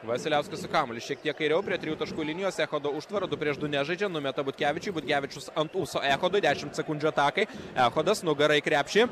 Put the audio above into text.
vasiliauskas su kamuoliu šiek tiek kairiau prie trijų taškų linijos echodo užtvara du prieš du nežaidžia numeta butkevičiui butkevičius ant ūso echodui dešimt sekundžių atakai echodas nugara į krepšį